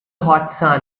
hot